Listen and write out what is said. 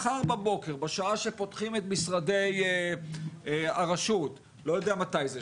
מחר בבוקר בשעה שפותחים את משרדי הרשות אני לא יודע מתי זה,